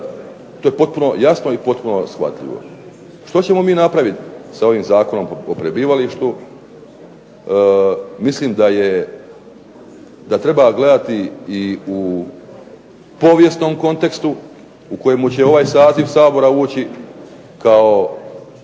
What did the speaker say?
to je potpuno jasno i potpuno shvatljivo. Što ćemo mi napraviti sa ovim Zakonom o prebivalištu? Mislim da treba gledati i u povijesnom kontekstu u kojemu će ovaj saziv Sabora ući kao,